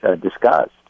discussed